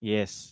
Yes